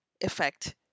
effect